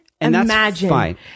imagine